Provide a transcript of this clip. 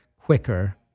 quicker